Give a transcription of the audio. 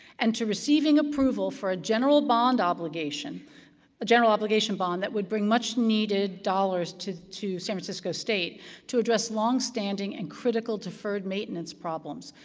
and to receiving approval for a general bond obligation a general obligation bond that would bring much-needed dollars to to san francisco state to address longstanding and critical deferred maintenance problems.